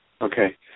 Okay